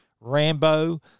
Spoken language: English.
Rambo